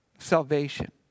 salvation